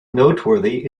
noteworthy